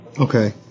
okay